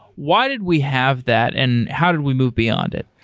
why did we have that and how did we move beyond it?